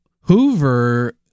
Hoover